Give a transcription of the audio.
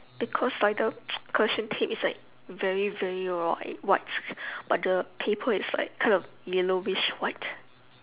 because like the correction tape is like very very white white but the paper is like kind of yellowish white